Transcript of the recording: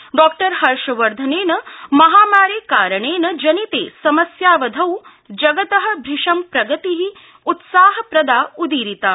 डॉ हर्षवर्धनेन महामारि कारणेन जनिते समस्यावधौ जगत भृशं प्रगति उत्साहप्रदा उदीरिता